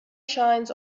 shines